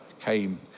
came